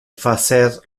facer